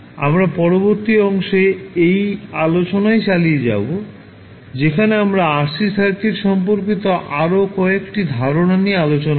আমরা পরবর্তী অংশে এই আলোচনাই চালিয়ে যাবো যেখানে আমরা RC সার্কিট সম্পর্কিত আরও কয়েকটি ধারণা নিয়ে আলোচনা করব